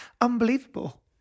unbelievable